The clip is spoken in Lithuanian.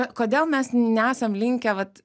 na kodėl mes nesam linkę vat